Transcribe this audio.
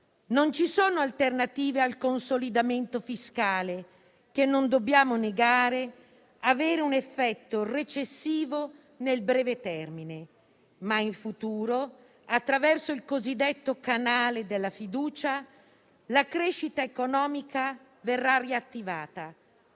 Non ci sono alternative al consolidamento fiscale, che non dobbiamo negare avere un effetto recessivo nel breve termine, ma in futuro, attraverso il cosiddetto canale della fiducia, la crescita economica verrà riattivata».